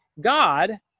God